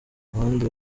abandi